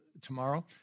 tomorrow